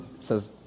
says